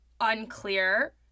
unclear